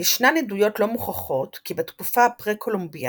ישנן עדויות לא מוכחות כי בתקופה הפרה-קולומביאנית,